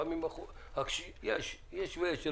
יש ויש.